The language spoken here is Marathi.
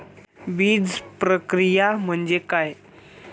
बीजप्रक्रिया म्हणजे काय?